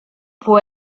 può